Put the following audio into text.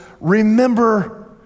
remember